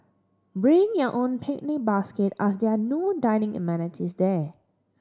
bring your own picnic basket as there are no dining amenities there